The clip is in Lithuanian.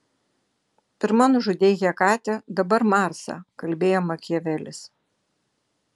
pirma nužudei hekatę dabar marsą kalbėjo makiavelis